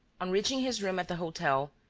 on reaching his room at the hotel,